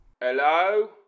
Hello